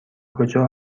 کجا